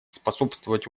способствовать